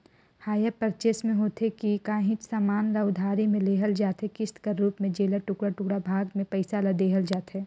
hire purchase में होथे ए कि काहींच समान ल उधारी में लेहल जाथे किस्त कर रूप में जेला टुड़का टुड़का भाग में पइसा ल देहल जाथे